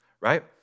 right